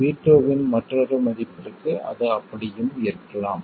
V2 இன் மற்றொரு மதிப்பிற்கு அது அப்படியும் இருக்கலாம்